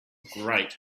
great